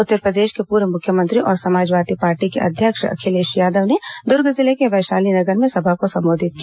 उत्तरप्रदेश के पूर्व मुख्यमंत्री और समाजवादी पार्टी के अध्यक्ष अखिलेश यादव ने दूर्ग जिले के वैशाली नगर में सभा को संबोधित किया